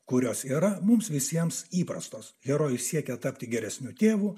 kurios yra mums visiems įprastos herojus siekia tapti geresniu tėvu